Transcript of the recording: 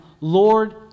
Lord